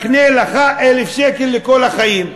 מקנה לך 1,000 לכל החיים.